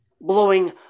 blowing